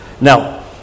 Now